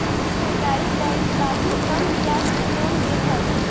सरकारी बैंक बाकी कम बियाज पे लोन देत हवे